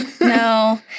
No